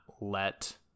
let